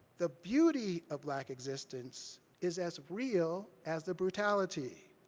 the beauty of black existence is as real as the brutality.